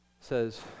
says